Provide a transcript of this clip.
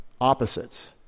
opposites